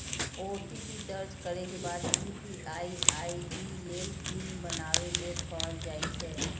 OTP दर्ज करै के बाद यू.पी.आई आई.डी लेल पिन बनाबै लेल कहल जाइ छै